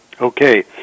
Okay